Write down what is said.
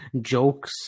jokes